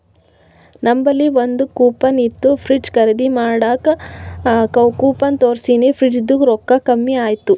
ನಂಬಲ್ಲಿ ಒಂದ್ ಕೂಪನ್ ಇತ್ತು ಫ್ರಿಡ್ಜ್ ಖರ್ದಿ ಮಾಡಾಗ್ ಕೂಪನ್ ತೋರ್ಸಿನಿ ಫ್ರಿಡ್ಜದು ರೊಕ್ಕಾ ಕಮ್ಮಿ ಆಯ್ತು